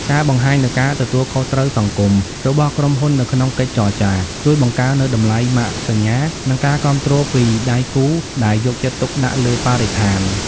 ការបង្ហាញនូវ "ការទទួលខុសត្រូវសង្គម" របស់ក្រុមហ៊ុននៅក្នុងកិច្ចចរចា ជួយបង្កើននូវតម្លៃម៉ាកសញ្ញា និងការគាំទ្រពីដៃគូដែលយកចិត្តទុកដាក់លើបរិស្ថាន។